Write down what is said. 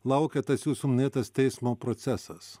laukia tas jūsų minėtas teismo procesas